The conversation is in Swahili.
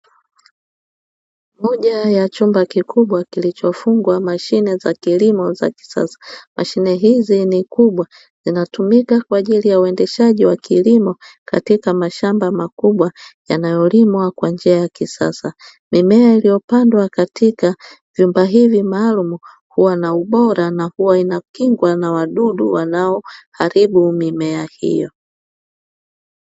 Moja ya chumba kikubwa kilichofungwa mashine za kilimo za kisasa, mashine hizi ni kubwa, zinatumika kwa ajili ya uendeshaji wa kilimo katika mashamba makubwa yanayolimwa kwa njia ya kisasa. Mimea iliyo pandwa katika vyumba hivi maalumu huwa na ubora na huwa inakingwa na wadudu wanao haribu mimea hiyo.